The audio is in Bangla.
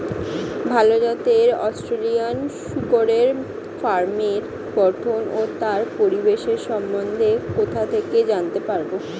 ভাল জাতের অস্ট্রেলিয়ান শূকরের ফার্মের গঠন ও তার পরিবেশের সম্বন্ধে কোথা থেকে জানতে পারবো?